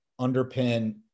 underpin